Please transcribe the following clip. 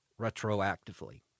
retroactively